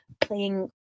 playing